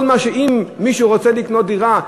שאם מישהו רוצה לקנות דירה,